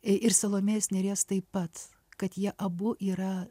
ir salomėjos nėries taip pat kad jie abu yra